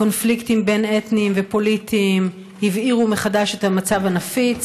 קונפליקטים בין-אתניים ופוליטיים הבעירו מחדש את המצב הנפיץ